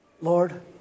Lord